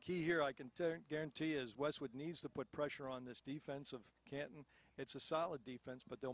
key here i can guarantee is westwood needs to put pressure on this defense of canton it's a solid defense but they'll